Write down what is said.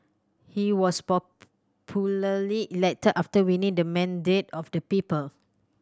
he was elected after winning the mandate of the people